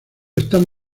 están